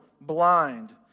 blind